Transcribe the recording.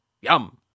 Yum